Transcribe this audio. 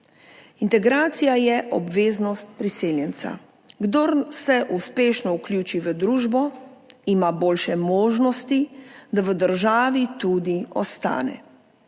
Integracija je obveznost priseljenca. Kdor se uspešno vključi v družbo, ima boljše možnosti, da v državi tudi ostane.